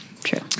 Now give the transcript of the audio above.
True